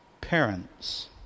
parents